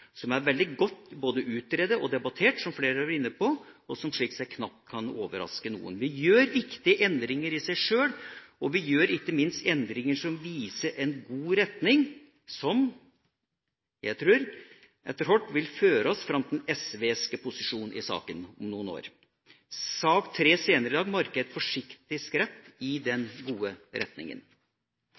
både utredet og debattert – som flere har vært inne på – og som slik sett knapt kan overraske noen. Vi gjør viktige endringer i seg sjøl, og vi gjør ikke minst endringer som viser en god retning som jeg tror etter hvert vil føre oss fram til den SV-ske posisjonen i saken om noen år. Sak nr. 3 senere i dag markerer et forsiktig skritt i den gode retningen.